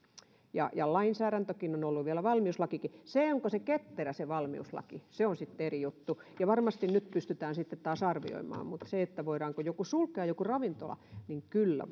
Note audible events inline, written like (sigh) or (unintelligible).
ja ja lainsäädäntökin on ollut ja vielä valmiuslakikin se onko se valmiuslaki ketterä on sitten eri juttu ja varmasti nyt pystytään sitten taas arvioimaan mutta että voidaanko sulkea joku ravintola niin kyllä (unintelligible)